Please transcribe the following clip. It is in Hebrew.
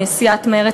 סיעת מרצ,